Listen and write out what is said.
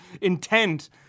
intent